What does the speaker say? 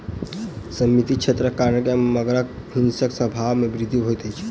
सीमित क्षेत्रक कारणेँ मगरक हिंसक स्वभाव में वृद्धि होइत अछि